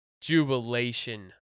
jubilation